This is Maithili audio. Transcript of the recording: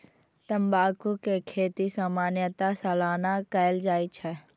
तंबाकू के खेती सामान्यतः सालाना कैल जाइ छै